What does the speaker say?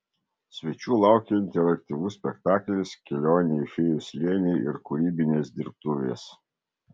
svečių laukė interaktyvus spektaklis kelionė į fėjų slėnį ir kūrybinės dirbtuvės